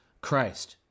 Christ